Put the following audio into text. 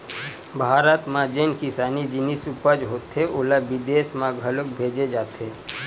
भारत म जेन किसानी जिनिस उपज होथे ओला बिदेस म घलोक भेजे जाथे